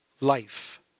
life